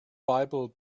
bible